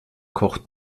kocht